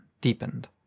deepened